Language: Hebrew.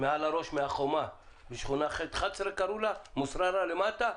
מעל הראש מהחומה, משכונה ח/11, מוסררה למטה,